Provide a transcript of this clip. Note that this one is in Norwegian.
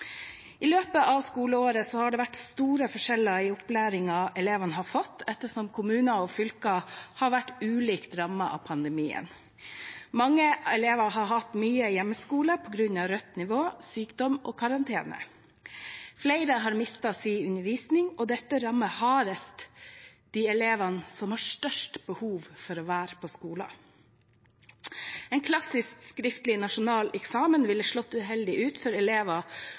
I løpet av skoleåret har det vært store forskjeller i opplæringen elevene har fått, ettersom kommuner og fylker har vært ulikt rammet av pandemien. Mange elever har hatt mye hjemmeskole på grunn av rødt nivå, sykdom og karantene. Flere har mistet undervisning, og dette rammer hardest de elevene som har størst behov for å være på skolen. En klassisk skriftlig, nasjonal eksamen ville slått uheldig ut for elever